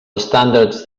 estàndards